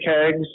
kegs